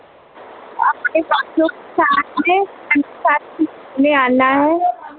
घूमने आना है